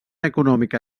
econòmica